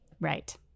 Right